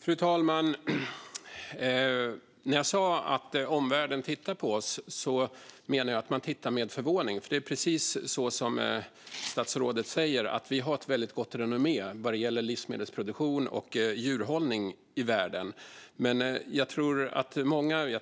Fru talman! När jag sa att omvärlden tittar på oss menade jag att man tittar med förvåning. Det är nämligen precis så som statsrådet säger: Vi har ett väldigt gott renommé i världen vad gäller livsmedelsproduktion och djurhållning. Men jag